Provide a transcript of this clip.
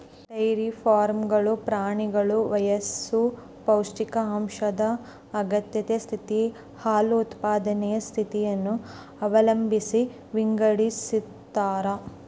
dairy ಫಾರ್ಮ್ಗಳು ಪ್ರಾಣಿಗಳ ವಯಸ್ಸು ಪೌಷ್ಟಿಕಾಂಶದ ಅಗತ್ಯತೆ ಸ್ಥಿತಿ, ಹಾಲು ಉತ್ಪಾದನೆಯ ಸ್ಥಿತಿಯನ್ನು ಅವಲಂಬಿಸಿ ವಿಂಗಡಿಸತಾರ